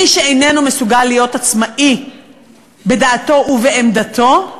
מי שאיננו מסוגל להיות עצמאי בדעתו ובעמדתו,